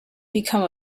become